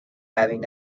having